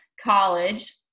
college